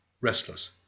restless